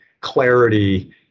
clarity